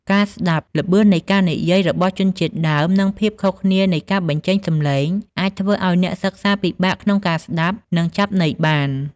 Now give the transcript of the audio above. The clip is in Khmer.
ការស្តាប់ ល្បឿននៃការនិយាយរបស់ជនជាតិដើម និងភាពខុសគ្នានៃការបញ្ចេញសំឡេង អាចធ្វើឱ្យអ្នកសិក្សាពិបាកក្នុងការស្តាប់ និងចាប់ន័យបាន។